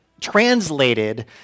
translated